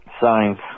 Signs